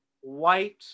white